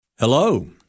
Hello